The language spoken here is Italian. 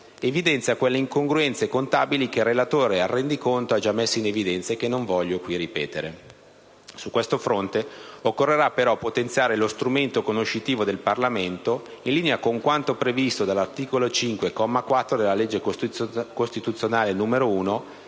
evidenzia quelle incongruenze contabili che il relatore al rendiconto ha già messo in evidenza e che non voglio ripetere. Su questo fronte occorrerà però potenziare lo strumentario conoscitivo del Parlamento in linea con quanto previsto dall'articolo 5, comma 4, della legge costituzionale n. 1